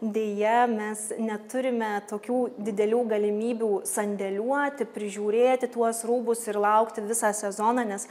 deja mes neturime tokių didelių galimybių sandėliuoti prižiūrėti tuos rūbus ir laukti visą sezoną nes